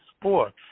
sports